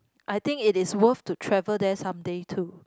I think it is worth to travel there someday too